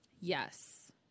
yes